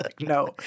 no